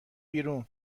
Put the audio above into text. بیرون